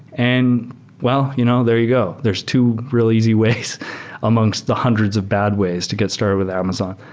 and well, you know there you go. there's two really easy ways amongst the hundreds of bad ways to get started with amazon.